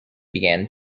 began